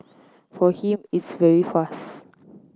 for him it's very fast